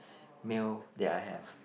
meal that I have